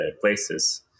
places